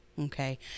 Okay